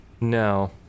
No